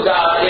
God